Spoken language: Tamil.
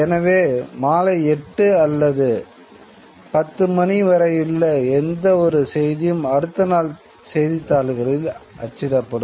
எனவே மாலை 8 அல்லது 10 மணி வரையுள்ள எந்தவொரு செய்தியும் அடுத்த நாள் செய்தித்தாள்களில் அச்சிடப்படும்